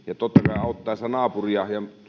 ja totta kai auttaa naapuria ja